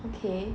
okay